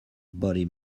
body